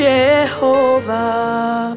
Jehovah